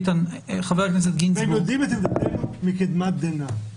חבר הכנסת גינזבורג --- והם יודעים את עמדתנו מקדמת דנא,